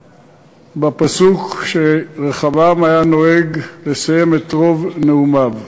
בפסוק שרחבעם היה נוהג לסיים בו את רוב נאומיו: